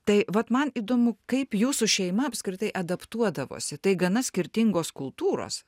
tai vat man įdomu kaip jūsų šeima apskritai adaptuodavosi tai gana skirtingos kultūros